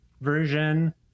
version